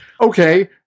Okay